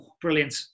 brilliant